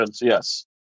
Yes